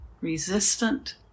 resistant